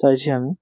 চাইছি আমি